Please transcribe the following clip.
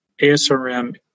ASRM